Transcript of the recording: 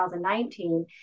2019